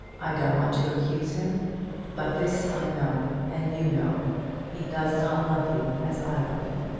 i don't want to accuse him but this i know and you know he does not love you as i love you.